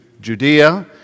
Judea